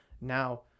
Now